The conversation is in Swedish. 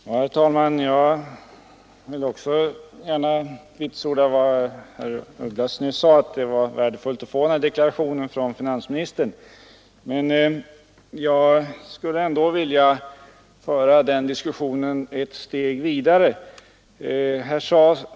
Herr talman! Jag vill också gärna hålla med herr av Ugglas om att det var värdefullt att få den frihandelsinriktade deklaration som finansministern gjorde, men jag skulle ändå vilja föra diskussionen ett steg vidare.